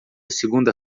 segunda